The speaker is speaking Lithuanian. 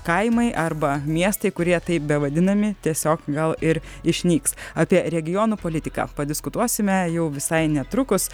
kaimai arba miestai kurie taip bevadinami tiesiog gal ir išnyks apie regionų politiką padiskutuosime jau visai netrukus